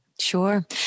Sure